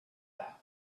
that